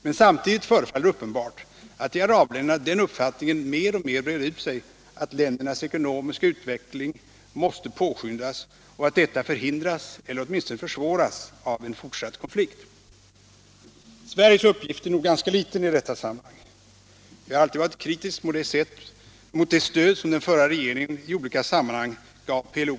Men samtidigt förefaller det uppenbart att i arabländerna den uppfattningen mer och mer breder ut sig, att ländernas ekonomiska utveckling måste påskyndas och att detta förhindras eller åtminstone försvåras av en fortsatt konflikt. Sveriges uppgift är nog ganska liten i detta sammanhang. Jag har alltid varit kritisk mot det stöd som den förra regeringen i olika sammanhang gav PLO.